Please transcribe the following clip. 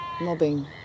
mobbing